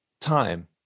time